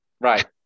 Right